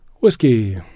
Whiskey